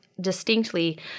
distinctly